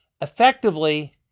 effectively